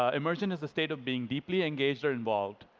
ah immersion is the state of being deeply engaged or involved,